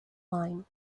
wine